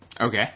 Okay